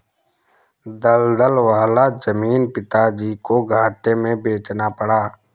दलदल वाला जमीन पिताजी को घाटे में बेचना पड़ा